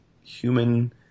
human